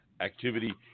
activity